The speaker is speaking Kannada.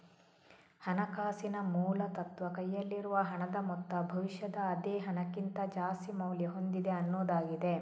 ಹಣಕಾಸಿನ ಮೂಲ ತತ್ವ ಕೈಯಲ್ಲಿರುವ ಹಣದ ಮೊತ್ತ ಭವಿಷ್ಯದ ಅದೇ ಹಣಕ್ಕಿಂತ ಜಾಸ್ತಿ ಮೌಲ್ಯ ಹೊಂದಿದೆ ಅನ್ನುದಾಗಿದೆ